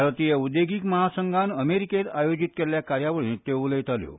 भारतीय उद्देगीक महासंघान अमेरिकेंत आयोजीत केल्ल्या कार्यावळींत त्यो उलयताल्यो